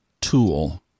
tool